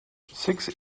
six